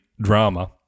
drama